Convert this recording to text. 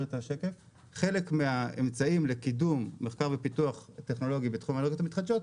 חלק מהאמצעים לקידום מחקר ופיתוח טכנולוגי בתחום האנרגיות המתחדשות,